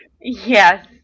Yes